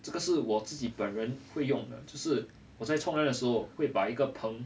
这个是我自己本人会用的就是我在冲凉的时候会把一个盆